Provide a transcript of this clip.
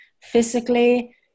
physically